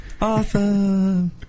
Awesome